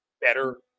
better